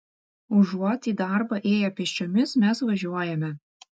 užuot į darbą ėję pėsčiomis mes važiuojame